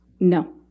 No